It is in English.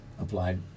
applied